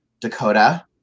Dakota